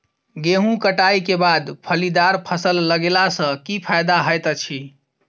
गेंहूँ कटाई केँ बाद फलीदार फसल लगेला सँ की फायदा हएत अछि?